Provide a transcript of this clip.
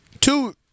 Two